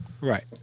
Right